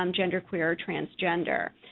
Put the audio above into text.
um gender queer, or transgender.